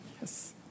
Yes